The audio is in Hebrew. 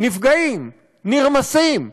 נפגעים, נרמסים,